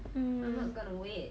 mm